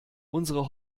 unsere